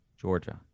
georgia